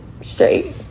straight